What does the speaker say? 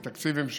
או בתקציב המשכי,